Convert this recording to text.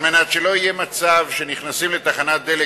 על מנת שלא יהיה מצב שנכנסים לתחנת דלק